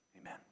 amen